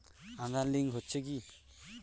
Aadhaar link হচ্ছে কি?